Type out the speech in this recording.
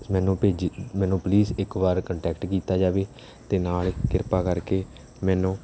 ਮੈਨੂੰ ਭੇਜੀ ਮੈਨੂੰ ਪਲੀਜ਼ ਇੱਕ ਵਾਰ ਕੰਟੈਕਟ ਕੀਤਾ ਜਾਵੇ ਅਤੇ ਨਾਲ ਕਿਰਪਾ ਕਰਕੇ ਮੈਨੂੰ